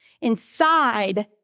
inside